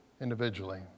individually